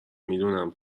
میدونم